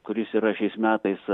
kuris yra šiais metais